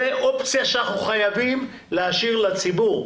זו אופציה שאנחנו חייבים להשאיר לציבור,